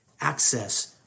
access